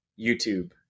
youtube